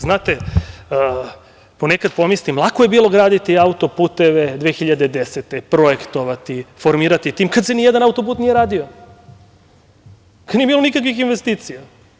Znate, ponekada pomislim lako je bilo graditi autoputeve 2010. godine, projektovati, formirati tim, kada se ni jedan autoput nije radio, kad nije bilo nikakvih investicija.